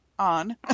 on